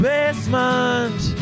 Basement